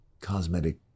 cosmetic